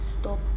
stop